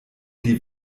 die